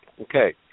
okay